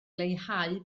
leihau